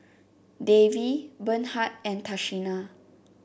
Davie Bernhard and Tashina